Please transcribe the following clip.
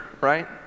right